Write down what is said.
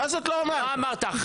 אמרת אחרי.